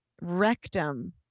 Rectum